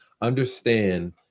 understand